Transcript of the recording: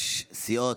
סיעות.